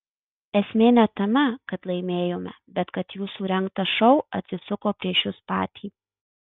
esmė ne tame kad laimėjome bet kad jūsų rengtas šou atsisuko prieš jus patį